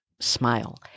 Smile